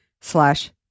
slash